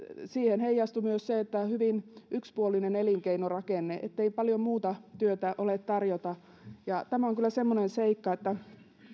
siinä heijastui myös se hyvin yksipuolinen elinkeinorakenne ettei paljon muuta työtä ole tarjota tämä on kyllä semmoinen seikka että